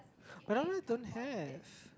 McDonald's don't have